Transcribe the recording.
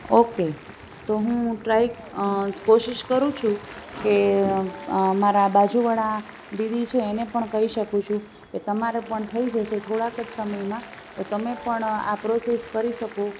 okay તો હું try કોશિસ કરું છું કે મારા બાજુવાળા દીદી છે એને પણ કહી શકું છું કે તમારે પણ થઈ જશે થોડાક જ સમયમાં તો તમે પણ આ પ્રોસેસ કરી શકો